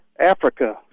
Africa